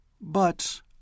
But